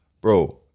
Bro